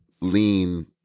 lean